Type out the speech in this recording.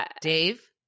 Dave